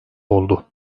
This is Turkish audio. oldu